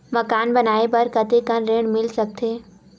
मकान बनाये बर कतेकन ऋण मिल सकथे?